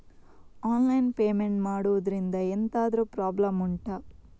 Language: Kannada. ಆನ್ಲೈನ್ ಪೇಮೆಂಟ್ ಮಾಡುದ್ರಿಂದ ಎಂತಾದ್ರೂ ಪ್ರಾಬ್ಲಮ್ ಉಂಟಾ